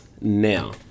now